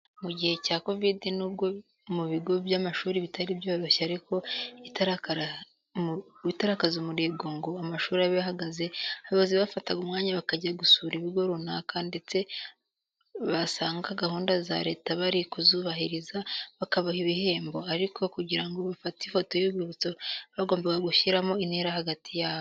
Mu gihe cya kovidi nubwo mu bigo by'amashuri bitari byoroshye ariko itarakaza umurego ngo amashuri abe ahagaze, abayobozi bafataga umwanya bakajya gusura ibigo runaka ndetse basanga gahunda za Leta bari kuzubahiriza bakabaha ibihembo, ariko kugira ngo bafate ifoto y'urwibutso bagombaga gushyiramo intera hagati yabo.